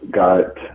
got